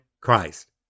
Christ